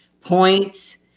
points